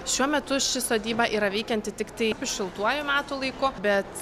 šiuo metu ši sodyba yra veikianti tiktai šiltuoju metų laiku bet